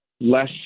less